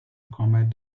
combat